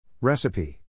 Recipe